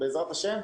בעזרת השם,